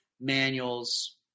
manuals